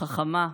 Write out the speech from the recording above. חכמה,